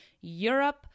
Europe